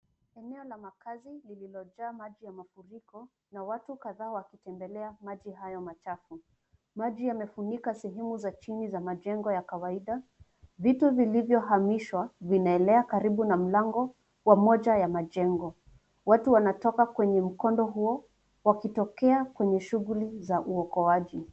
Eneo la makazi lililojaa maji ya mafuriko na watu kadhaa wakitembelea maji hayo machafu. Maji yamefunika sehemu za chini za majengo ya kawaida. Vitu vilivyohamishwa vinaelea karibu na mlango wa moja ya majengo. Watu wanatoka kwenye mkondo huo, wakitokea kwenye shughuli za uokoaji.